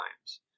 times